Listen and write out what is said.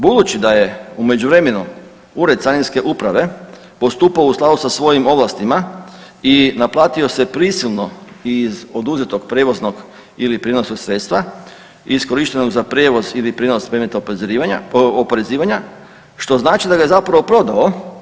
Budući da je u međuvremenu Ured carinske uprave postupao u skladu sa svojim ovlastima i naplatio se prisilno iz oduzetog prijevoznog ili prijenosnog sredstva iskorištenog za prijevoz ili prijenos predmetnog oporezivanja što znači da ga je zapravo prodao.